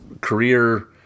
career